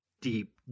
deep